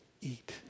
eat